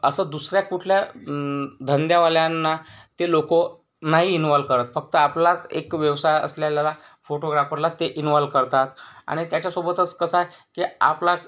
असं दुसऱ्या कुठल्या धंद्यावाल्यांना ते लोकं नाही इनव्हॉल करत फक्त आपलाच एक व्यवसाय असलेल्या फोटोग्राफरलाच ते इनव्हॉल करतात आणि त्याच्यासोबतच कसं आहे ते आपलाच